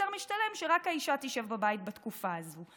יותר משתלם שרק האישה תשב בבית בתקופה הזו.